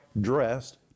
Dressed